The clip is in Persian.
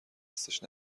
دستش